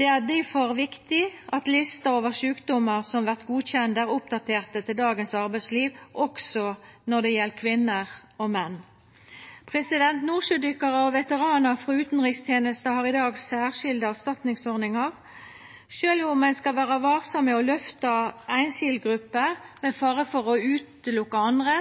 Det er difor viktig at lista over sjukdomar som vert godkjende, er oppdatert til dagens arbeidsliv, når det gjeld både kvinner og menn. Nordsjødykkarar og veteranar frå utanrikstenesta har i dag særskilde erstatningsordningar. Sjølv om ein skal vera varsam med å lyfta einskildgrupper med fare for å utelukka andre,